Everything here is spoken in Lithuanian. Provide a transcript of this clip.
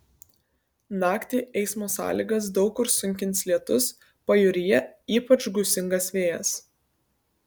naktį eismo sąlygas daug kur sunkins lietus pajūryje ypač gūsingas vėjas